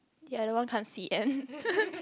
the other one can't see and